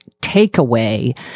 takeaway